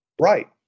Right